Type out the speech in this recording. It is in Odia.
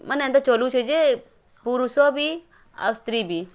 ମାନେ ଏନ୍ତା ଚଲୁଛେ ଯେ ପୁରୁଷ ବି ଆଉ ସ୍ତ୍ରୀ ବି